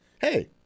Hey